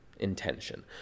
intention